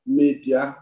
media